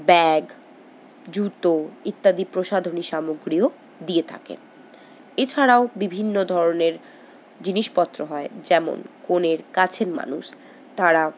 bag জুতো ইত্যাদি প্রসাধনী সামগ্রীও দিয়ে থাকেন এছাড়াও বিভিন্ন ধরনের জিনিসপত্র হয় যেমন কনের কাছের মানুষ তারাও